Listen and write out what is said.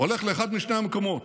הולך לאחד משני המקומות,